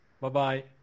Bye-bye